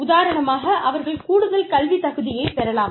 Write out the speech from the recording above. உதாரணமாக அவர்கள் கூடுதல் கல்வித் தகுதியைப் பெறலாம்